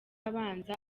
abanza